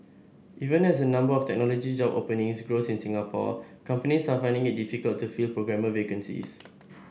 even as the number of technology job openings grows in Singapore companies are finding it difficult to fill programmer vacancies